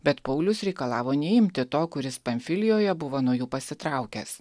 bet paulius reikalavo neimti to kuris panfilijoje buvo nuo jų pasitraukęs